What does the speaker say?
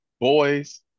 boys